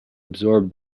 absorb